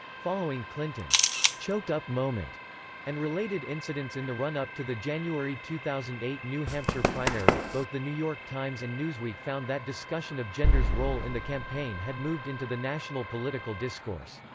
following clinton's choked up moment and related incidents in the run-up to the january two thousand and eight new hampshire primary, both the new york times and newsweek found that discussion of gender's role in the campaign had moved into the national political discourse.